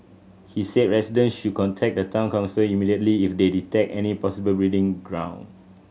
he said residents should contact the Town Council immediately if they detect any possible breeding ground